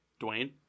Dwayne